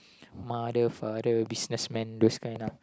mother father businessman those kind lah